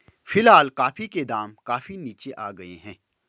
फिलहाल कॉफी के दाम काफी नीचे आ गए हैं